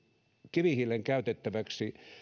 kivihiilen käytettäväksi